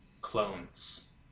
Clones